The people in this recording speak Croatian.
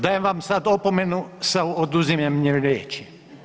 Dajem vam sada opomenu sa oduzimanjem riječi.